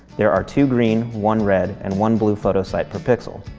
there are two green, one red, and one blue photo site per pixel.